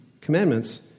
commandments